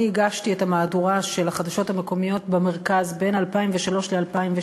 אני הגשתי את המהדורה של החדשות המקומיות במרכז בין 2003 ל-2006,